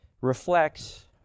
reflects